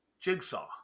jigsaw